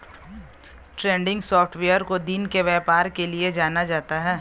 trending software को दिन के व्यापार के लिये जाना जाता है